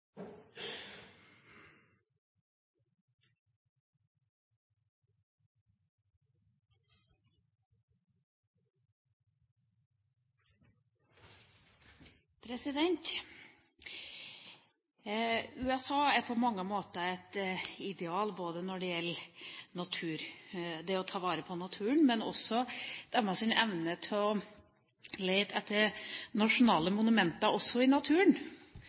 verdiene. USA er på mange måter et ideal både når det gjelder det å ta vare på naturen, og når det gjelder evne til å lete etter nasjonale monumenter, også i naturen.